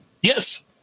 Yes